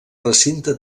recinte